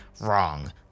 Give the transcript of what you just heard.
wrong